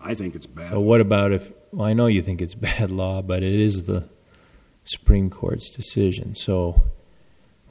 i think it's bad what about if i know you think it's bad law but it is the supreme court's decision so